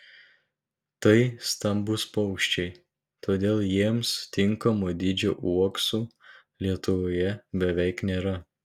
tai stambūs paukščiai todėl jiems tinkamo dydžio uoksų lietuvoje beveik nėra